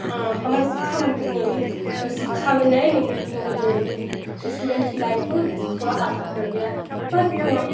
हमारे शिक्षा मंत्री ने भी शिक्षा में नई नीतियों को जोड़ कर स्टूडेंटस की लाइफ को थोड़ा आसान कर दिया है पर